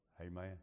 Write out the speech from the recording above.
Amen